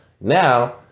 Now